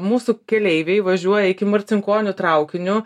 mūsų keleiviai važiuoja iki marcinkonių traukiniu